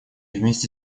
вместе